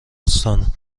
استان